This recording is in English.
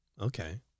okay